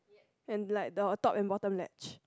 and like the top and bottom latch